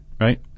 right